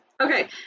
okay